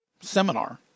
seminar